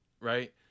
Right